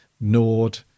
nord